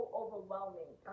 overwhelming